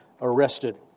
arrested